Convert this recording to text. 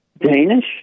Danish